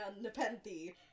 Nepenthe